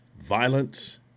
Violence